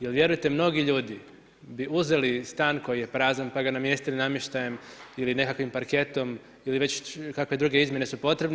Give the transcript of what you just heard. Jer vjerujte, mnogi ljudi bi uzeli stan koji je prazan pa ga namjestili namještajem ili nekakvim parketom ili već kakve druge izmjene su potrebne.